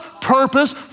purpose